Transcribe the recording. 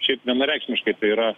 šiaip vienareikšmiškai tai yra